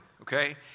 okay